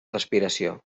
respiració